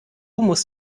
muss